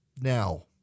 Now